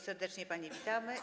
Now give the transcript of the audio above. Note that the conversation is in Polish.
Serdecznie panie witamy.